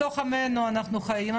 בתוך עמנו אנו חיים,